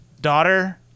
daughter